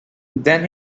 then